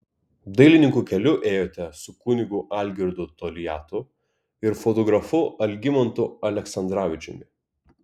dailininkų keliu ėjote su kunigu algirdu toliatu ir fotografu algimantu aleksandravičiumi